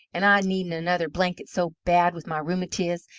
an' i needin' another blanket so bad, with my rhumatiz,